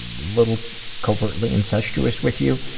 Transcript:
little covertly incestuous with you.